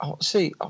See